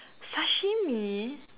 sashimi